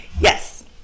Yes